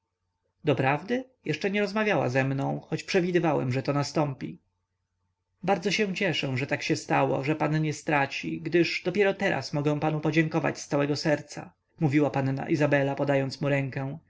doprawdy jeszcze nie rozmawiała ze mną choć przewidywałem że to nastąpi bardzo cieszę się że się tak stało że pan nic nie straci gdyż dopiero teraz mogę panu podziękować z całego serca mówiła panna izabela podając mu rękę